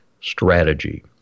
strategy